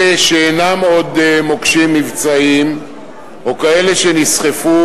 אלה שאינם מוקשים מבצעיים עוד,